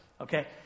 Okay